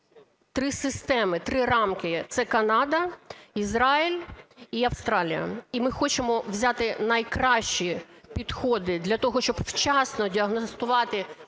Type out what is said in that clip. три системи, три рамки – це Канада, Ізраїль і Австралія. І ми хочемо взяти найкращі підходи для того, щоб вчасно діагностувати